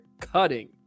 cutting